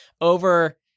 over